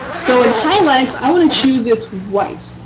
so in highlights, i want to choose it white.